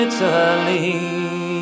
Italy